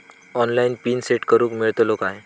Online pin set करूक मेलतलो काय?